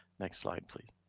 next slide, please.